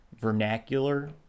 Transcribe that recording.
vernacular